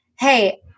hey